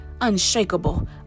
unshakable